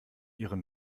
ihre